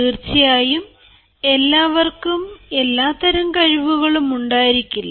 തീർച്ചയായും എല്ലാവർക്കും എല്ലാത്തരം കഴിവുകളും ഉണ്ടായിരിക്കില്ല